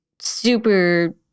super